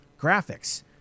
graphics